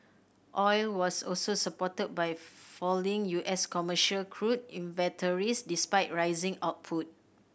oil was also supported by falling U S commercial crude inventories despite rising output